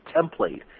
template